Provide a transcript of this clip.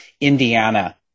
Indiana